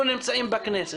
אנחנו נמצאים בכנסת.